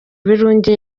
ibirunge